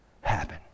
happen